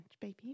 baby